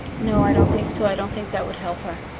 no i don't think so. i don't think that would help her.